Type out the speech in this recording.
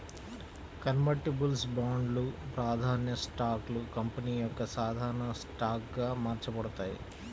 convertibles బాండ్లు, ప్రాధాన్య స్టాక్లు కంపెనీ యొక్క సాధారణ స్టాక్గా మార్చబడతాయి